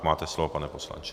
Máte slovo, pane poslanče.